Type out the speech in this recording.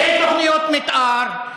אין תוכניות מתאר,